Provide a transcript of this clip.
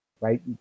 right